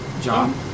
John